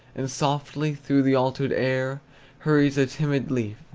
and softly through the altered air hurries a timid leaf!